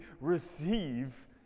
receive